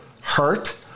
hurt